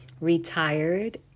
retired